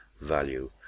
value